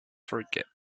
forget